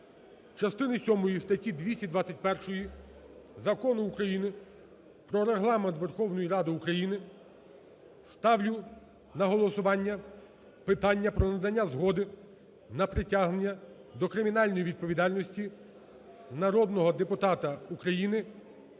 частини сьомої статті 221 Закону України "Про Регламент Верховної Ради України" ставлю на голосування питання про надання згоди на притягнення до кримінальної відповідальності народного депутата України